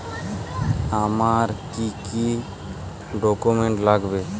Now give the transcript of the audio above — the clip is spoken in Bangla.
আমার কি কি ডকুমেন্ট লাগবে?